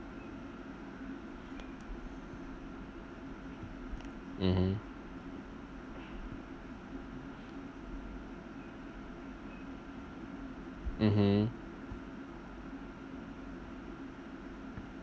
mmhmm mmhmm